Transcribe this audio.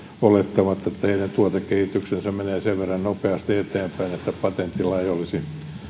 olettavat että heidän tuotekehityksensä menee sen verran nopeasti eteenpäin että patentilla ei olisi